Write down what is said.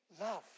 love